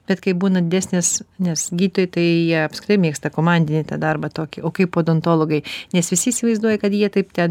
bet kai būna didesnis nes gydytojai tai jie apskritai mėgsta komandinį tą darbą tokį o kaip odontologai nes visi įsivaizduoja kad jie taip ten